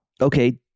Okay